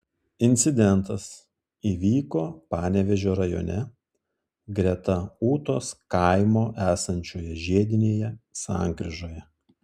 incidentas įvyko panevėžio rajone greta ūtos kaimo esančioje žiedinėje sankryžoje